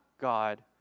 God